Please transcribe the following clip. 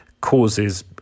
causes